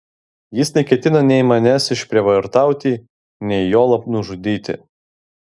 jis neketino nei manęs išprievartauti nei juolab nužudyti